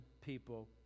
people